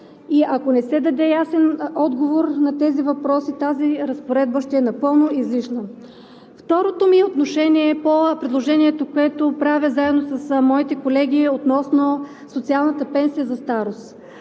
Ако не се даде ясен отговор на тези въпроси, тази разпоредба ще е напълно излишна. Второто ми отношение е по предложението, което правя заедно с моите колеги относно социалната пенсия за старост.